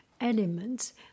elements